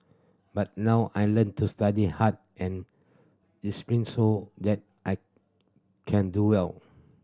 but now I learnt to study hard and so that I can do well